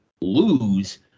lose